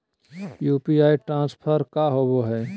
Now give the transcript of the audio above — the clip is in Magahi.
यू.पी.आई ट्रांसफर का होव हई?